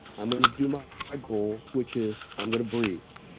i'm going to do my ah goals, which is, i'm going to breathe.